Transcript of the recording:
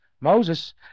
Moses